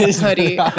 hoodie